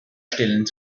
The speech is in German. stillen